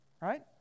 right